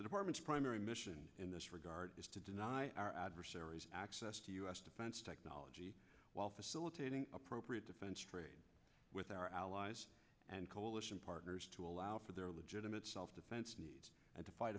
the department's primary mission in this regard is to deny our adversaries access to u s defense technology while facilitating appropriate defense with our allies and coalition partners to allow for their legitimate self defense and to fight